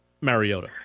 Mariota